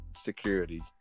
security